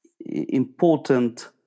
important